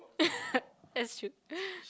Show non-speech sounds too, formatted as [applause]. [laughs] that's true